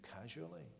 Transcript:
casually